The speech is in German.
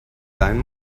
sein